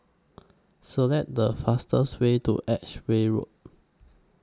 Select The fastest Way to Edgware Road